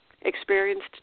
experienced